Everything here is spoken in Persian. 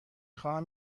خواهم